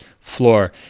floor